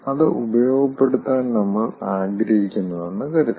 അത് ഉപയോഗപ്പെടുത്താൻ നമ്മൾ ആഗ്രഹിക്കുന്നുവെന്ന് കരുതുക